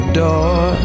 door